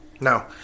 No